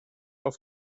auf